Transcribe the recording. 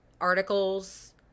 articles